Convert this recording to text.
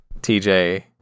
TJ